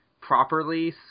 properly